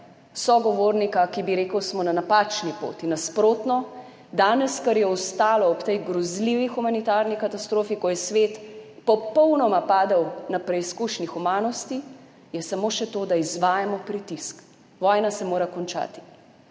sogovornika, ki bi rekel, smo na napačni poti. Nasprotno, danes, kar je ostalo ob tej grozljivi humanitarni katastrofi, ko je svet popolnoma padel na preizkušnji humanosti, je samo še to, da izvajamo pritisk, vojna se mora končati.